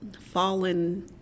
fallen